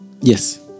yes